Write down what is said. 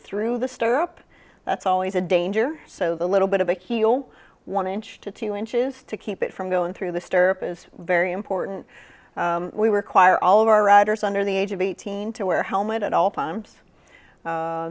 through the stirrup that's always a danger so the little bit of a heel one inch to two inches to keep it from going through the stirrup is very important we were quire all of our riders under the age of eighteen to wear helmet at all